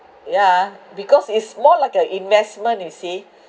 yeah because it's not like a investment you see